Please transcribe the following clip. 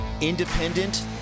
independent